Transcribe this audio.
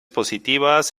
positivas